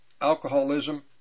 alcoholism